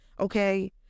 Okay